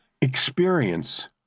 experience